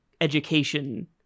education